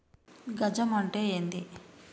గజం అంటే ఏంది?